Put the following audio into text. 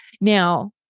Now